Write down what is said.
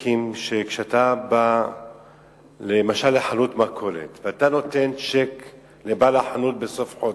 כשאתה בא למשל לחנות מכולת ונותן צ'ק לבעל החנות בסוף חודש,